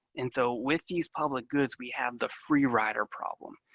and so, with these public goods, we have the free rider problem.